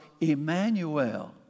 Emmanuel